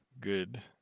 Good